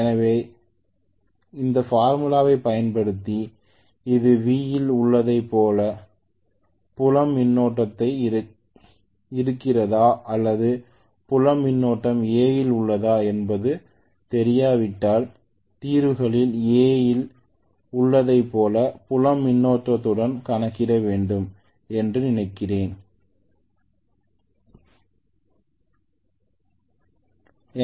எனவே 200 If I இது V இல் உள்ளதைப் போல புலம் மின்னோட்டத்துடன் இருக்கிறதா அல்லது புலம் மின்னோட்டம் A இல் உள்ளதா என்பது தெரியாவிட்டால் தீர்வுகளில் A இல் உள்ளதைப் போல புலம் மின்னோட்டத்துடன் கணக்கிட வேண்டும் என்று நினைக்கிறேன் எனவே Ia 2